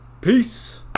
Peace